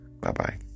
Bye-bye